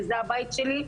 שזה הבית שלי,